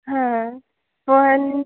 हां पण